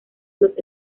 los